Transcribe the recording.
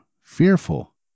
fearful